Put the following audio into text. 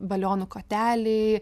balionų koteliai